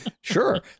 sure